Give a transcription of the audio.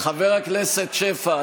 חבר הכנסת שפע,